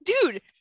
Dude